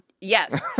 Yes